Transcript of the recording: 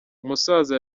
umusaza